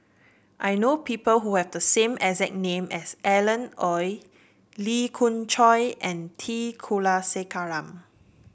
I know people who have the same exact name as Alan Oei Lee Khoon Choy and T Kulasekaram